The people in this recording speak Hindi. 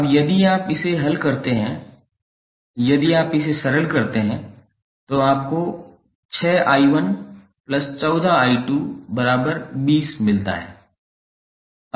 अब यदि आप इसे हल करते हैं यदि आप इसे सरल करते हैं तो आपको 6𝑖114𝑖220 मिलता है